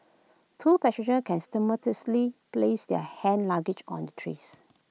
two passenger can simultaneously place their hand luggage on the trays